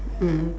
mm